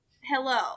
Hello